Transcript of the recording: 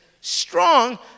strong